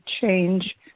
change